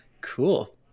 Cool